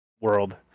world